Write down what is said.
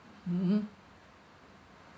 mmhmm